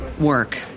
work